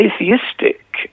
atheistic